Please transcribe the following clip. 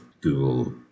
Google